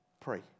pray